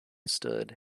stood